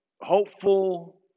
hopeful